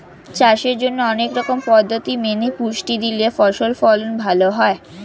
চাষের জন্যে অনেক রকম পদ্ধতি মেনে পুষ্টি দিলে ফসল ফলন ভালো হয়